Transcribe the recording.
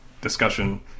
discussion